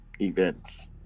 events